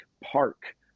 park